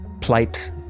plight